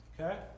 Okay